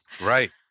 Right